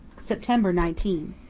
september nineteen.